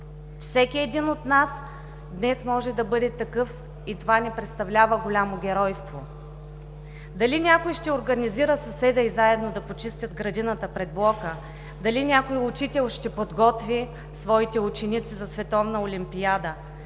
Всеки от нас днес може да бъде такъв и това не представлява голямо геройство. Дали някой ще организира съседа и заедно да почистят градината пред блока, дали някой учител ще подготви своите ученици за световна олимпиада,